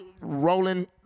rolling